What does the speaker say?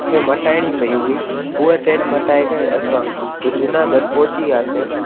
खे मटाइणी पेई हुई हूअ ट्रेन मटाए करे असां जूनागढ़ पहुची वियासीं